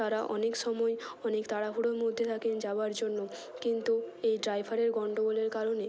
তারা অনেক সময় অনেক তাড়াহুড়োর মধ্যে থাকেন যাবার জন্য কিন্তু এই ড্রাইভারের গন্ডগোলের কারণে